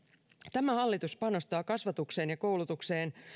tämä hallitus panostaa kasvatukseen ja koulutukseen